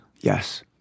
Yes